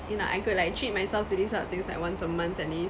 you know I could like treat myself to these kind of things like once a month at least